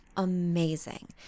amazing